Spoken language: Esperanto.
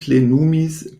plenumis